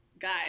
guys